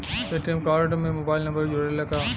ATM card में mobile number जुरेला का?